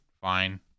Fine